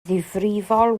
ddifrifol